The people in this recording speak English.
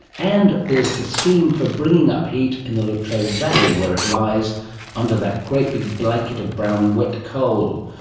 and there's the scheme for bringing up heat in the latrobe valley where it lies under that great big blanket of brown wet coal.